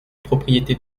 propriétés